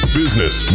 business